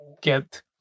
get